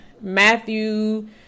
Matthew